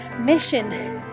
mission